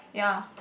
yeah